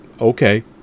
okay